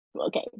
okay